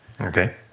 Okay